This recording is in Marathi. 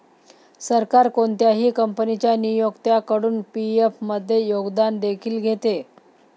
सरकार कोणत्याही कंपनीच्या नियोक्त्याकडून पी.एफ मध्ये योगदान देखील घेते